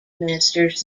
ministers